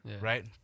right